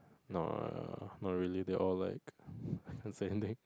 no not really they are all like I can't say anything